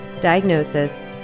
diagnosis